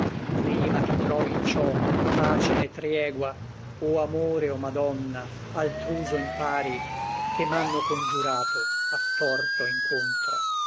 prima ch'i trovi in ciò pace né triegua o amore o madonna altr'uso impari che m'ànno congiurato a torto incontra